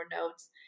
notes